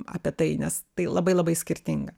apie tai nes tai labai labai skirtinga